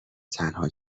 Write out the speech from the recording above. تنها